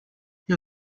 you